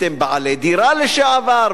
אתם בעלי דירה לשעבר,